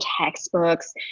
textbooks